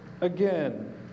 again